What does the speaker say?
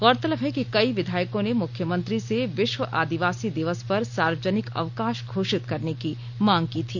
गौरतलब है कि कई विधायकों ने मुख्यमंत्री से वि व आदिवासी दिवस पर सार्वजनिक अवका ा घोषित करने की मांग की थी